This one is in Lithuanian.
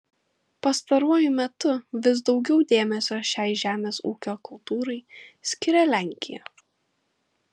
pastaruoju metu vis daugiau dėmesio šiai žemės ūkio kultūrai skiria lenkija